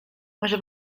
może